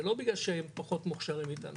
זה לא בגלל שהם פחות מוכשרים מאיתנו,